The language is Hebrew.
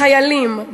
בחיילים,